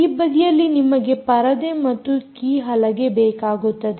ಈ ಬದಿಯಲ್ಲಿ ನಿಮಗೆ ಪರದೆ ಮತ್ತು ಕೀಹಲಗೆ ಬೇಕಾಗುತ್ತದೆ